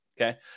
okay